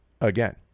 again